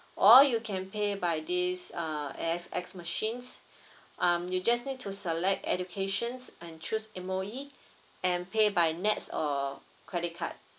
or you can pay by this uh A_X_S machines um you just need to select educations and choose M_O_E and pay by nets or credit card